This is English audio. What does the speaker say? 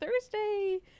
Thursday